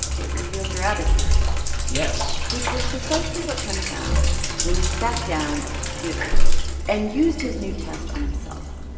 it reveals your attitudes yes which was precisely what tony found when he sat down at the computer and used his new test on himself.